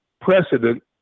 precedent